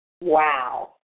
wow